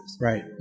Right